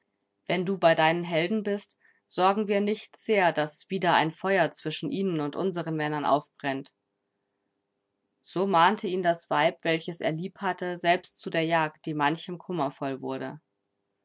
wenn du bei deinen helden bist sorgen wir nicht sehr daß wieder ein feuer zwischen ihnen und unseren männern aufbrennt so mahnte ihn das weib welches er liebhatte selbst zu der jagd die manchem kummervoll wurde